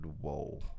whoa